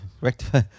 rectify